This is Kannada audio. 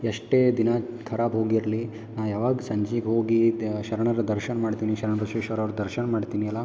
ಎಷ್ಟೇ ದಿನ ಖರಾಬ್ ಹೋಗಿರಲಿ ನಾ ಯಾವಾಗ ಸಂಜೆ ಹೋಗಿ ದ ಶರಣರ ದರ್ಶನ ಮಾಡ್ತೀನಿ ಶರಣ ಬಸವೇಶ್ವರವ್ರ್ದ ದರ್ಶನ ಮಾಡ್ತೀನಿ ಅಲ್ಲಾ